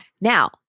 Now